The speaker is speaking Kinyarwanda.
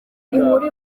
inkuru